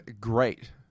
great